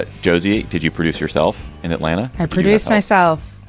ah josie, did you produce yourself in atlanta? i produced myself.